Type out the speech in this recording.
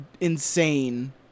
insane